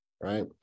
right